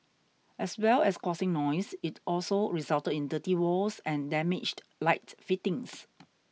as well as causing noise it also resulted in dirty walls and damaged light fittings